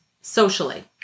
socially